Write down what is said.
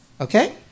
okay